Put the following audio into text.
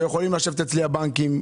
ויכולים לשבת אצלי הבנקים,